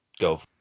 go